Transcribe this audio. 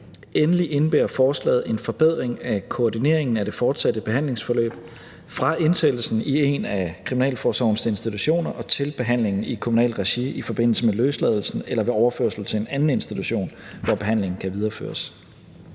Endelig indebærer forslaget en forbedring af koordineringen af det fortsatte behandlingsforløb fra indsættelsen i en af kriminalforsorgens institutioner og til behandlingen i kommunalt regi i forbindelse med løsladelsen eller ved overførsel til en anden institution, hvor behandlingen kan videreføres.